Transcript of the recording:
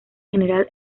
general